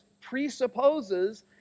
presupposes